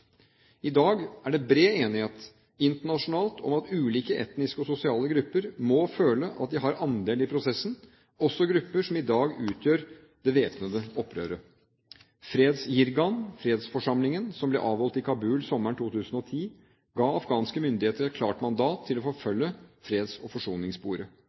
I dag er det bred enighet internasjonalt om at ulike etniske og sosiale grupper må føle at de har andel i prosessen, også grupper som i dag utgjør det væpnede opprøret. Fredsjirgaen, fredsforsamlingen som ble avholdt i Kabul sommeren 2010, ga afghanske myndigheter et klart mandat til å forfølge freds- og forsoningssporet.